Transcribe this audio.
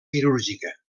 quirúrgica